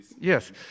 Yes